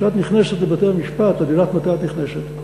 כשאת נכנסת לבתי-המשפט את יודעת מתי את נכנסת,